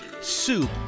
soup